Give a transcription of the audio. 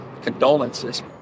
condolences